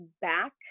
back